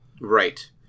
Right